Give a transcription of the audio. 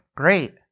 great